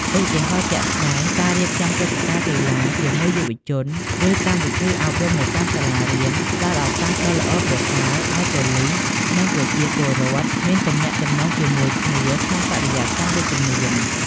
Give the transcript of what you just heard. ឧទាហរណ៍ជាក់ស្ដែង ការរៀបចំព្រឹត្តិការណ៍ កីឡាជាមួយយុវជន ឬ កម្មវិធីអប់រំនៅតាមសាលារៀន ផ្តល់ឱកាសដ៏ល្អប្រសើរឲ្យប៉ូលីស និងប្រជាពលរដ្ឋមានទំនាក់ទំនងជាមួយគ្នាក្នុងបរិយាកាសវិជ្ជមាន។